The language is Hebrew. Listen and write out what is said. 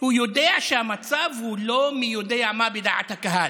הוא יודע שהמצב הוא לא מי יודע מה בדעת הקהל.